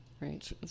right